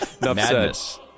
Madness